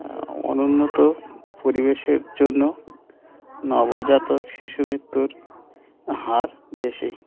অনুন্নত পরিবেশের জন্য নবজাতক শিশু মৃত্যুর হার বেশি